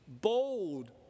bold